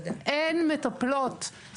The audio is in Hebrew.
אין מטפלות.